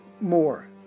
more